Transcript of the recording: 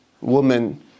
Woman